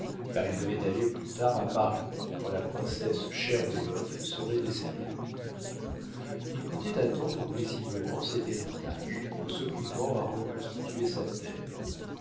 car il devait aller plus tard à paris quand la princesse sherbellof serait décédée il comptait attendre paisiblement cet héritage en s'occupant à reconstituer sa terre